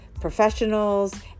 professionals